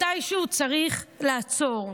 מתישהו צריך לעצור.